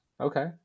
Okay